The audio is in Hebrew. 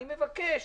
אני מבקש